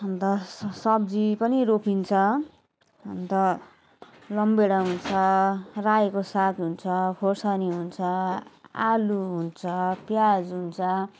अन्त स सब्जी पनि रोपिन्छ अन्त रमभेडा हुन्छ रायोको साग हुन्छ खोर्सानी हुन्छ आलु हुन्छ प्याज हुन्छ